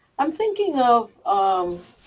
i'm thinking of, um,